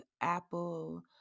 Apple